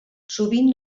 sovint